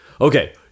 Okay